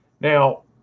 Now